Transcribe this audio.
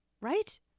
Right